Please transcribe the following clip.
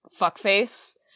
fuckface